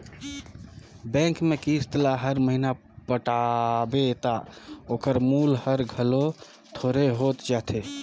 bank में किस्त ल हर महिना पटाबे ता ओकर मूल हर घलो थोरहें होत जाथे